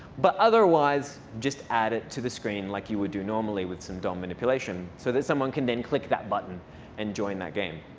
but otherwise, just add it to the screen like you would do normally with some dom manipulation so that someone can then click that button and join that game.